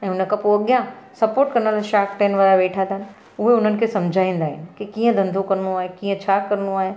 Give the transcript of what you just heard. ऐं उनखां पोइ अॻियां सपोर्ट कंदड़ शार्क टैंक वारा वेठा अथनि उहे उन्हनि खे समुझाईंदा आहिनि की कीअं धंधो करणो आहे कीअं छा करणो आहे